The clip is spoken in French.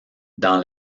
dans